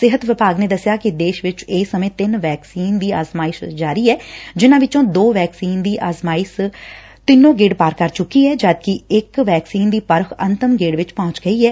ਸਿਹਤ ਵਿਭਾਗ ਨੇ ਦੱਸਿਆ ਕਿ ਦੇਸ਼ ਵਿੱਚ ਇਸ ਸਮੇਂ ਤਿੰਨ ਵੈਕਸੀਨ ਦਾ ਆਜ਼ਮਾਇਸ਼ ਜਾਰੀ ਏ ਜਿਸ ਵਿੱਚੋ ਦੋ ਵੈਕਸੀਨ ਦਾ ਆਜ਼ਮਾਇਸ਼ ਤਿੰਨੋ ਗੇੜ ਪਾਰ ਕਰ ਚੁੱਕੀ ਐ ਜਦਕਿ ਇੱਕ ਵੈਕਸੀਨ ਦੀ ਪਰਖ ਅੰਤਿਮ ਗੇੜ ਵਿੱਚ ਪਹੁੰਚ ਗਈ ਐ